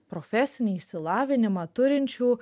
profesinį išsilavinimą turinčių